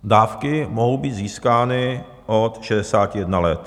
Dávky mohou být získány od 61 let.